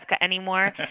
anymore